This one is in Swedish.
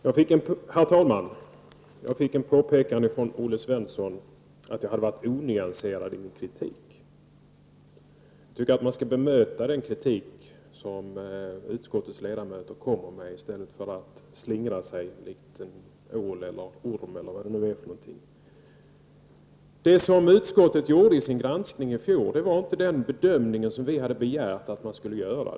Herr talman! Jag fick ett påpekande från Olle Svensson om att jag hade varit onyanserad i min kritik. Jag tycker att han skall bemöta den kritik som utskottets ledamöter kommer med i stället för att slingra sig likt en ål eller orm. Det som utskottet gjorde i sin granskning i fjol var inte den bedömning som vi hade begärt skulle göras.